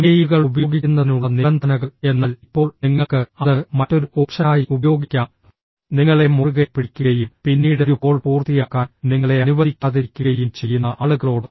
ഇമെയിലുകൾ ഉപയോഗിക്കുന്നതിനുള്ള നിബന്ധനകൾ എന്നാൽ ഇപ്പോൾ നിങ്ങൾക്ക് അത് മറ്റൊരു ഓപ്ഷനായി ഉപയോഗിക്കാം നിങ്ങളെ മുറുകെ പിടിക്കുകയും പിന്നീട് ഒരു കോൾ പൂർത്തിയാക്കാൻ നിങ്ങളെ അനുവദിക്കാതിരിക്കുകയും ചെയ്യുന്ന ആളുകളോട്